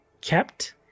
kept